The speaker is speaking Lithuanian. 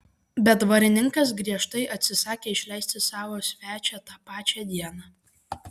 bet dvarininkas griežtai atsisakė išleisti savo svečią tą pačią dieną